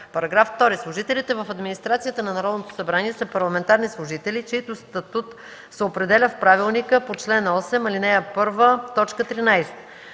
(2) Служителите в администрацията на Народното събрание са парламентарни служители, чийто статут се определя в правилника по чл. 8, ал. 1, т. 13.